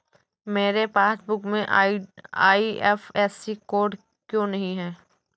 मेरे पासबुक में IFSC code क्यो नहीं है?